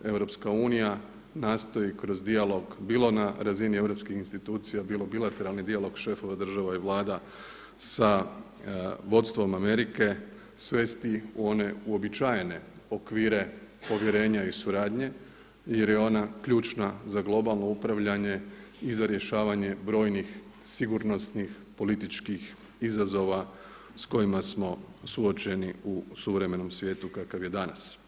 Europska unija nastoji kroz dijalog bilo na razini europskih institucija, bilo bilateralni dijalog šefova država i Vlada sa vodstvom Amerike svesti u one uobičajene okvire povjerenja i suradnje jer je ona ključna za globalno upravljanje i za rješavanje brojnih sigurnosnih, političkih izazova s kojima smo suočeni u suvremenom svijetu kakav je danas.